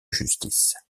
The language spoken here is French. justice